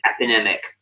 epidemic